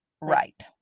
right